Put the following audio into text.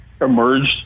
emerged